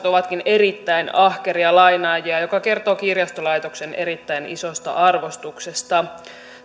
ovatkin erittäin ahkeria lainaajia mikä kertoo kirjastolaitoksen erittäin isosta arvostuksesta